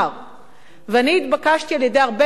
ואני התבקשתי על-ידי הרבה מאוד ארגונים,